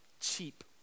cheap